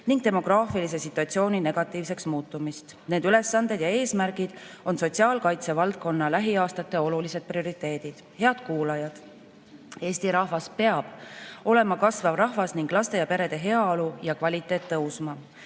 ning demograafilise situatsiooni negatiivseks muutumist. Need ülesanded ja eesmärgid on sotsiaalkaitse valdkonna lähiaastate olulised prioriteedid. Head kuulajad! Eesti rahvas peab olema kasvav rahvas ning laste ja perede heaolu ja kvaliteet tõusma.